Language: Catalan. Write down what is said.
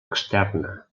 externa